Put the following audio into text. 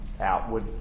outward